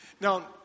Now